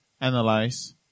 analyze